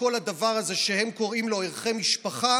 כל הדבר הזה שהם קוראים לו ערכי משפחה,